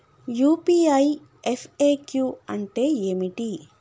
UPI FAQ అంటే ఏమిటి?